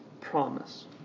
promise